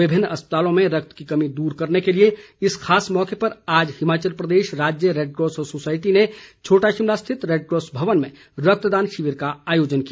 विभिन्न अस्पतालों में रक्त की कमी दूर करने के लिए इस खास मौके पर आज हिमाचल प्रदेश राज्य रैडक्रॉस सोसायटी ने छोटा शिमला स्थित रैडक्रॉस भवन में रक्तदान शिविर का आयोजन किया